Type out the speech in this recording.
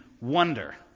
wonder